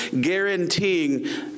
guaranteeing